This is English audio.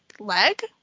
leg